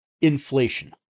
inflation